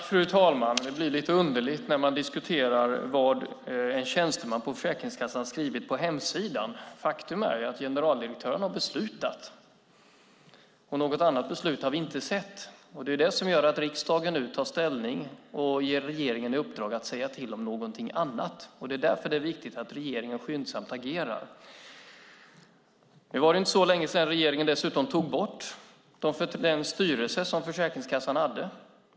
Fru talman! Det blir lite underligt när man diskuterar vad en tjänsteman på Försäkringskassan har skrivit på hemsidan. Faktum är att generaldirektören har beslutat, och något annat beslut har vi inte sett. Det är det som gör att riksdagen nu tar ställning och ger regeringen i uppdrag att säga till om någonting annat. Därför är det viktigt att regeringen agerar skyndsamt. Det var inte så länge sedan regeringen tog bort den styrelse som Försäkringskassan hade.